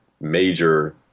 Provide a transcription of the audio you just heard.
major